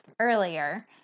earlier